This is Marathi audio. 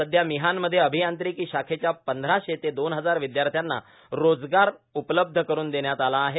सध्या मिहानमध्ये अभियांत्रिकी शाखेच्या पंधराशे ते दोन हजार विद्यार्थ्यांना रोजगार उपलब्ध करून देण्यात आला आहे